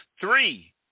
Three